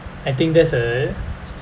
I think that's a